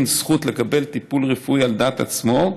יש זכות לקבל טיפול רפואי על דעת עצמו,